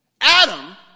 Adam